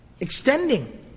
Extending